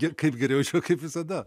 ir kaip geriau išvis kaip visada